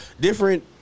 different –